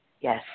Yes